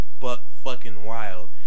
buck-fucking-wild